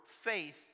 faith